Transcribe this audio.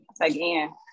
Again